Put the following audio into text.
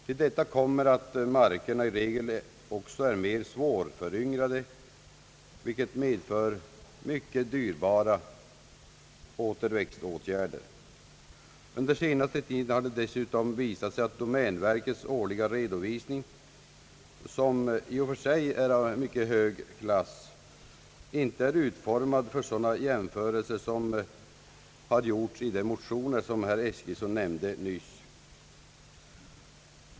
Till detta kommer att markerna i regel även är mer svårföryngrade, vilket medför dyrbara återväxtåtgärder. Under den senaste tiden har det dessutom visat sig att domänverkets årliga redovisning -— som i och för sig är av mycket hög kvalitet — inte är utformad för sådana jämförelser som görs i de av herr Eskilsson nämnda motionerna.